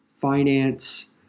finance